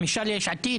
חמישה ליש עתיד?